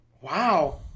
Wow